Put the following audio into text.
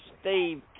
Steve